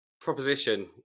proposition